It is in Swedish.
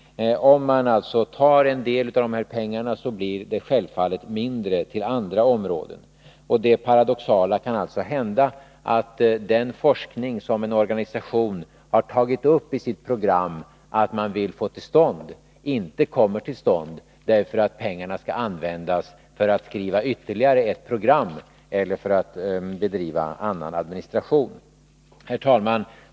Om man tar en del av medlen till det nu aktuella stödet blir det självfallet mindre över för att stödja andra områden. Det paradoxala kan alltså hända att den forskning som en organisation tagit upp som en nödvändig i sitt program inte kommer till stånd därför att pengarna skall användas för att skriva ytterligare ett program eller för att bedriva annan administration. Herr talman!